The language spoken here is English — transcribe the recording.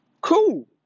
Cool